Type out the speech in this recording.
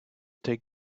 take